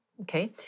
okay